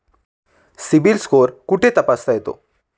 CIBIL score कुठे तपासता येतो?